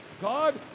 God